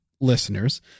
listeners